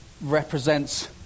represents